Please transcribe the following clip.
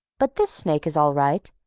but this snake is all right,